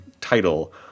title